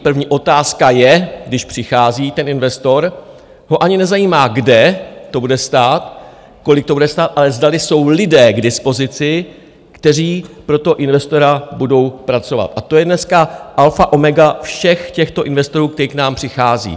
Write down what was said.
První otázka je, když přichází ten investor jeho ani nezajímá, kde to bude stát, kolik to bude stát, ale zdali jsou lidé k dispozici, kteří pro toho investora budou pracovat, a to je dneska alfa a omega všech těchto investorů, kteří k nám přicházejí.